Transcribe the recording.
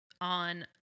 on